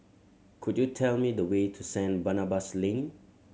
could you tell me the way to Saint Barnabas Lane